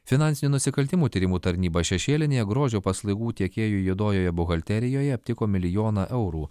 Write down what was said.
finansinių nusikaltimų tyrimų tarnyba šešėlinėje grožio paslaugų tiekėjų juodojoje buhalterijoje aptiko milijoną eurų